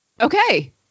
Okay